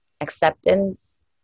acceptance